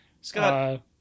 Scott